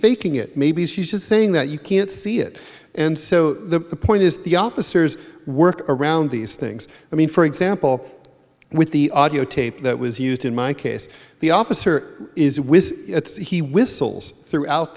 faking it maybe she's saying that you can't see it and so the point is the opposite work around these things i mean for example with the audiotape that was used in my case the officer is when he whistles throughout